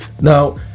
now